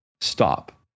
Stop